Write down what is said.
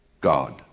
God